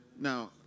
Now